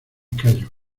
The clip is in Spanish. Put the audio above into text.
callo